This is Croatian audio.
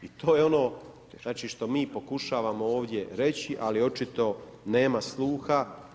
I to je ono što mi pokušavamo ovdje reći ali očito nema sluha.